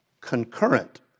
concurrent